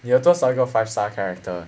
你有多少个 five star character